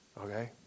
Okay